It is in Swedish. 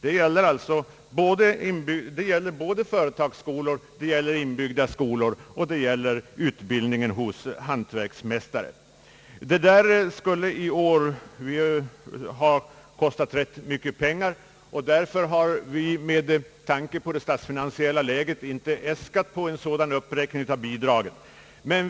En sådan uppräkning skulle kosta mycket pengar. Vi har därför med tanke på det statsfinansiella läget inte äskat någon uppräkning av statsbidraget.